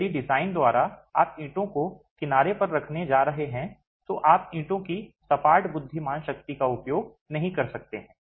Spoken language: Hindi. यदि डिज़ाइन द्वारा आप ईंटों को किनारे पर रखने जा रहे हैं तो आप ईंटों की सपाट बुद्धिमान शक्ति का उपयोग नहीं कर सकते हैं